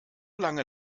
lange